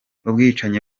ubwicanyi